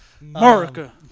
America